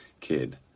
kid